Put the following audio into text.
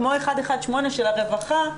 כמו 118 של הרווחה,